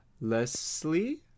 leslie